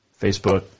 Facebook